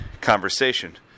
conversation